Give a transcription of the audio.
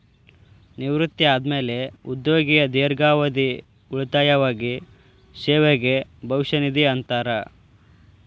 ನಿವೃತ್ತಿ ಆದ್ಮ್ಯಾಲೆ ಉದ್ಯೋಗಿಯ ದೇರ್ಘಾವಧಿ ಉಳಿತಾಯವಾಗಿ ಸೇವೆಗೆ ಭವಿಷ್ಯ ನಿಧಿ ಅಂತಾರ